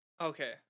Okay